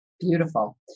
beautiful